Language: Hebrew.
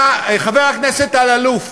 חבר הכנסת אלאלוף,